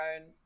own